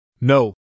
No